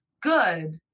good